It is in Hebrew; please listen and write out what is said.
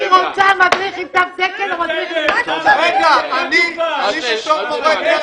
אני רוצה מדריך עם תו תקן ------ מי שמורה דרך,